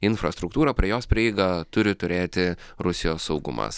infrastruktūrą prie jos prieigą turi turėti rusijos saugumas